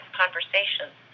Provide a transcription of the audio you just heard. conversations